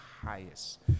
highest